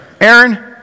Aaron